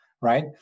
right